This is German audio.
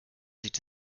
sieht